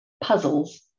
puzzles